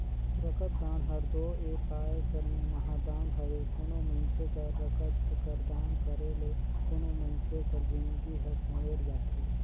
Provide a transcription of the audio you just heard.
रकतदान हर दो ए पाए कर महादान हवे कोनो मइनसे कर रकत कर दान करे ले कोनो मइनसे कर जिनगी हर संवेर जाथे